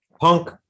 punk